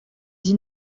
sie